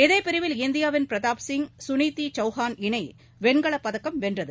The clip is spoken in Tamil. இதே பிரிவில் இந்தியாவின் பிரதாப் சிங் சுனிதி சவுகான் இணை வெண்கலப் பதக்கம் வென்றது